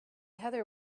heather